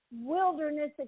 wilderness